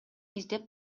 издеп